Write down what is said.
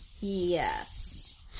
yes